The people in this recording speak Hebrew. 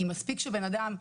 כי מספיק שבן אדם,